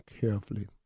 carefully